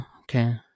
okay